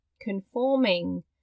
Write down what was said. conforming